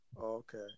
Okay